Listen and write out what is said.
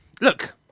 Look